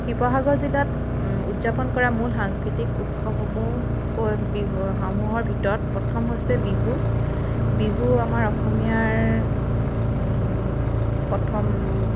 শিৱসাগৰ জিলাত উদযাপন কৰা মূল সাংস্কৃতিক উৎসৱসমূহ হৈ সমূহৰ ভিতৰত প্ৰথম হৈছে বিহু বিহু আমাৰ অসমীয়াৰ প্ৰথম